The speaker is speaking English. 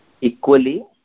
equally